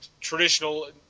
traditional